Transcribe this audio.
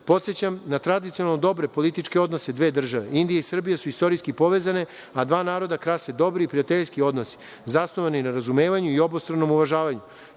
godine. Podsećam na tradicionalno dobre političke odnose dve države. Indija i Srbija su istorijski povezane, a dva naroda krase dobri i prijateljski odnosi zasnovani na razumevanju i obostranom uvažavanju.